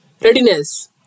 readiness